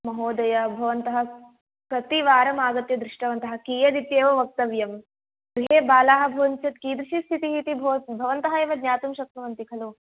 महोदय भवन्तः कतिवारं आगत्य दृष्टवन्तः कियदिति वक्तव्यं गृहे बालाः भवन्ति चेत् कीदृशी स्थितिः इति भवत् भवन्तः एव ज्ञातुं शक्नुवन्ति खलु